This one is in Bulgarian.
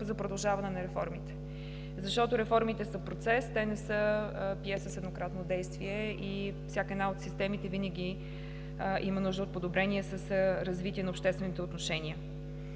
за продължаване на реформите, защото реформите са процес, те не са пиеса с еднократно действие и всяка една от системите винаги има нужда от подобрение с развитие на обществените отношения.